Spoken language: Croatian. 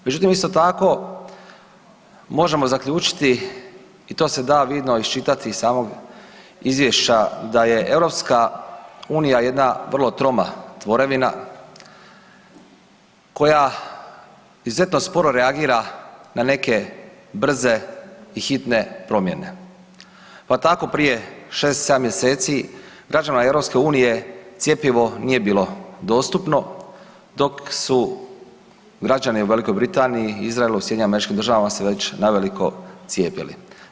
Međutim, isto tako možemo zaključiti i to se da vidno iščitati iz samog izvješća da je EU jedna vrlo troma tvorevina koja izuzetno sporo reagira na neke brze i hitne promjene, pa tako prije šest, sedam mjeseci građanima EU cjepivo nije bilo dostupno dok su građani u Velikoj Britaniji, Izraelu, SAD-u se već na veliko cijepili.